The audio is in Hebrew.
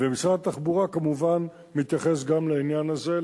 ומשרד התחבורה, כמובן, מתייחס גם לעניין הזה.